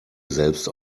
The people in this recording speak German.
selbst